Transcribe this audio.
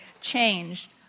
changed